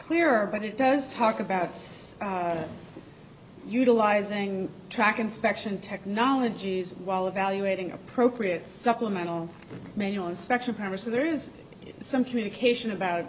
clearer but it does talk about utilizing track inspection technologies while evaluating appropriate supplemental manual instruction promises there is some communication about